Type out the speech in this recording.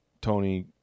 Tony